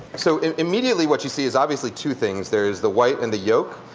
so and immediately what you see is obviously two things. there is the white and the yolk.